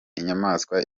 inyamaswa